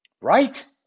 Right